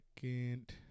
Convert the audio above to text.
second